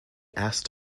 asked